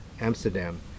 Amsterdam